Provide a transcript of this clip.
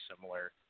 similar